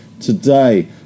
today